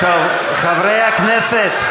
חברי הכנסת,